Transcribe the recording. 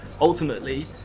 Ultimately